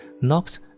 knocked